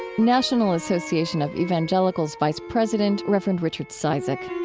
national association of evangelicals vice president reverend richard cizik